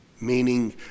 Meaning